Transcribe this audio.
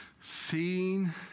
seen